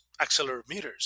accelerometers